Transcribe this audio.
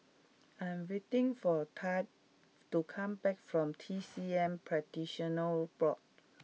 I am waiting for Thad to come back from T C M Practitioners Board